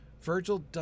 Virgil